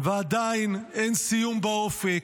ועדיין אין סיום באופק.